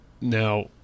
now